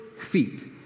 feet